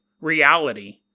reality